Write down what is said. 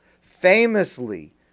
famously